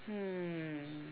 hmm